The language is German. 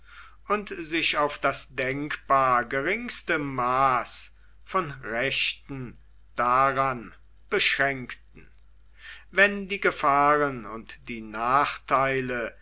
und sich auf das denkbar geringste maß von rechten daran beschränkten wenn die gefahren und die nachteile